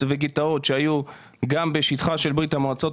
והגטאות שהיו גם בשטחה של ברית המועצות,